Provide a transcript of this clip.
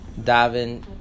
Davin